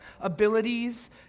abilities